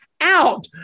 out